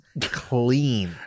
clean